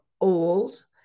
old